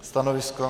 Stanovisko?